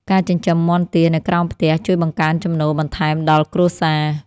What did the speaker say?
ការចិញ្ចឹមមាន់ទានៅក្រោមផ្ទះ ជួយបង្កើនចំណូលបន្ថែមដល់គ្រួសារ។